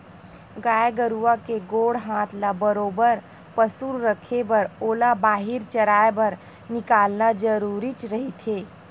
गाय गरुवा के गोड़ हात ल बरोबर पसुल रखे बर ओला बाहिर चराए बर निकालना जरुरीच रहिथे